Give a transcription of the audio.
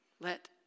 let